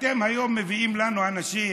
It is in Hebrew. אתם היום מביאים לנו אנשים,